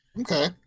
Okay